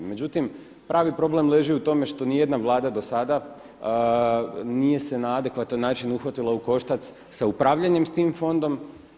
Međutim, pravi problem leži u tome što niti jedna Vlada do sada nije se na adekvatan način uhvatila u koštac sa upravljanjem s tim fondom.